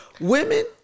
women